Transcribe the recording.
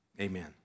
amen